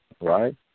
right